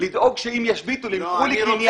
בכל מקרה,